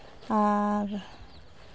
ᱟᱨ